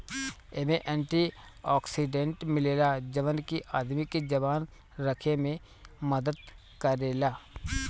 एमे antioxidant मिलेला जवन की आदमी के जवान रखे में मदद करेला